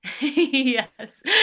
yes